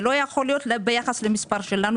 ולא יכול להיות ביחס למספר שלנו,